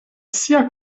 sia